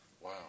Wow